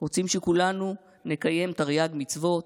רוצים שכולנו נקיים תרי"ג מצוות,